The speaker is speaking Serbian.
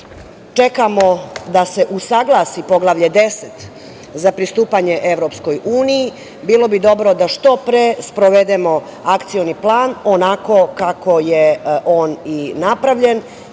čekamo da se usaglasi Poglavlje 10. za pristupanje EU, bilo bi dobro da što pre sprovedemo akcioni plan onako kako je i napravljen. Dakle,